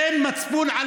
אין מצפון.